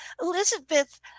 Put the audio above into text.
Elizabeth